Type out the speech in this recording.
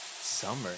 summer